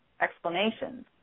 explanations